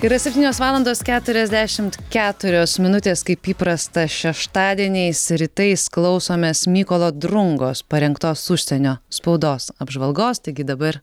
yra septynios valandos keturiasdešimt keturios minutės kaip įprasta šeštadieniais rytais klausomės mykolo drungos parengtos užsienio spaudos apžvalgos taigi dabar